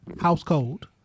household